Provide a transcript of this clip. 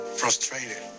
frustrated